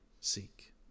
seek